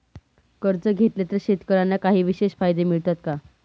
कर्ज घेतले तर शेतकऱ्यांना काही विशेष फायदे मिळतात का?